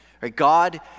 God